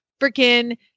freaking